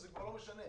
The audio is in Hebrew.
זה כבר לא משנה.